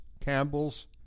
Campbells